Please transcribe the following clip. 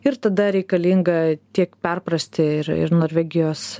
ir tada reikalinga tiek perprasti ir ir norvegijos